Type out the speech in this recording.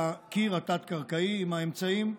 והקיר התת-קרקעי, עם האמצעים,